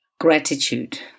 Gratitude